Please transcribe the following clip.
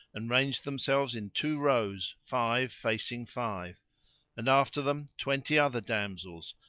and ranged themselves in two rows, five facing five and after them twenty other damsels,